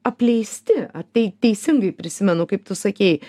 apleisti ar tai teisingai prisimenu kaip tu sakei